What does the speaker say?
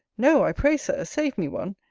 no i pray, sir, save me one,